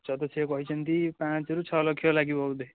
ଖର୍ଚ୍ଚ ତ ସେ କହିଛନ୍ତି ପାଞ୍ଚରୁ ଛଅ ଲକ୍ଷ ଲାଗିବ ବୋଧେ